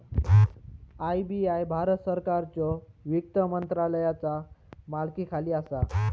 RBI Bharat सरकारच्यो वित्त मंत्रालयाचा मालकीखाली असा